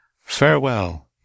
Farewell